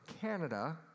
Canada